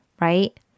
Right